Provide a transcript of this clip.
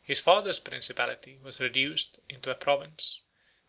his father's principality was reduced into a province